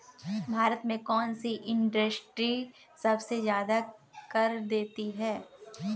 भारत में कौन सी इंडस्ट्री सबसे ज्यादा कर देती है?